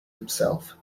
himself